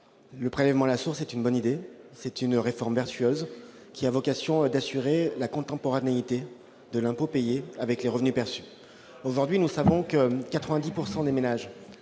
Le prélèvement à la source est une bonne idée ; c'est une réforme vertueuse qui permettra d'assurer la contemporanéité de l'impôt payé et des revenus perçus. Aujourd'hui, 90 % des ménages